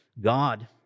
God